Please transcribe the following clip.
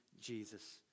Jesus